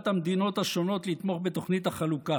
המדינות השונות לתמוך בתוכנית החלוקה.